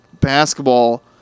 basketball